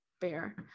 fair